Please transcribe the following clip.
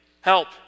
Help